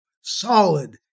solid